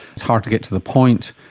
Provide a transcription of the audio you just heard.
it's hard to get to the point.